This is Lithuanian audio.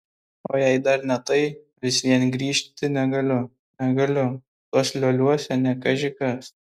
o jei dar ne tai vis vien grįžti negaliu negaliu tuos lioliuose ne kaži kas